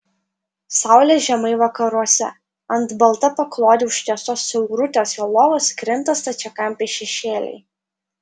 saulė žemai vakaruose ant balta paklode užtiestos siaurutės jo lovos krinta stačiakampiai šešėliai